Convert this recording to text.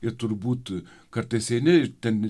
ir turbūt kartais eini ir ten